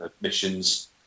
missions